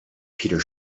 peter